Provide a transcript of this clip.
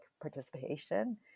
participation